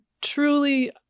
truly